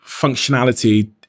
functionality